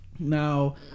Now